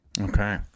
Okay